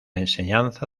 enseñanza